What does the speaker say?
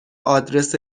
آدرس